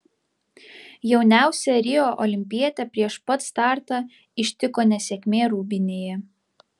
jauniausią rio olimpietę prieš pat startą ištiko nesėkmė rūbinėje